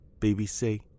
BBC